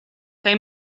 kaj